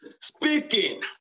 speaking